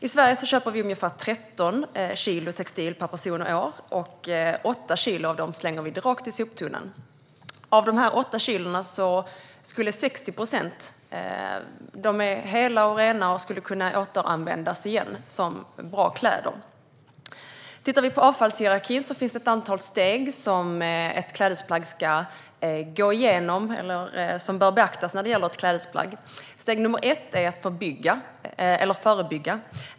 I Sverige köper vi ungefär 13 kilo textilier per person och år, och 8 kilo av dem slänger vi rakt i soptunnan. Av dessa 8 kilon är 60 procent hela och rena och skulle kunna återanvändas som bra kläder. Inom avfallshierarkin finns det ett antal steg som klädesplagg ska gå igenom, eller som bör beaktas när det gäller klädesplagg. Steg ett är att förebygga.